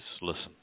listen